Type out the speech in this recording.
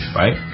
right